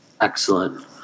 Excellent